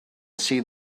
see